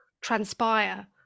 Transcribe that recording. transpire